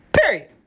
Period